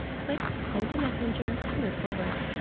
click send to messenger to move forward.